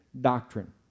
doctrine